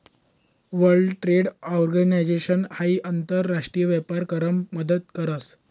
world trade organisation हाई आंतर राष्ट्रीय व्यापार करामा मदत करस